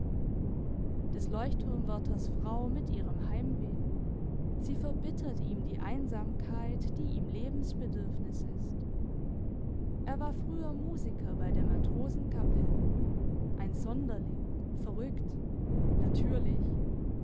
des leuchtturmwärters frau mit ihrem heimweh sie verbittert ihm die einsamkeit die ihm lebensbedürfnis ist er war früher musiker bei der matrosenkapelle ein sonderling verrückt natürlich